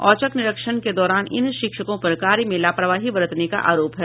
औचक निरीक्षण के दौरान इन शिक्षकों पर कार्य में लापरवाही बरतने का आरोप है